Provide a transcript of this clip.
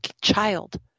child